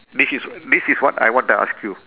this is this is what I want to ask you